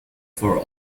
for